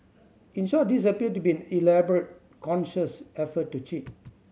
in short this appeared to be an elaborate conscious effort to cheat